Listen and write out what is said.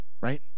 right